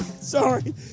Sorry